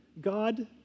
God